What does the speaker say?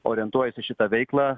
orientuojas į šitą veiklą